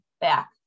back